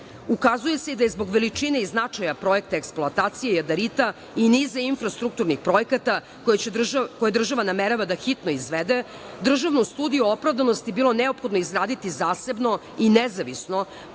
sela. Ukazuje se i da je zbog veličine i značaja projekta eksploatacije jadarita i niza infrastrukturnih projekata koje država namerava da hitno izvede, državnu studiju o opravdanosti bilo neophodno izraditi zasebno i nezavisno,